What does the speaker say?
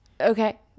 Okay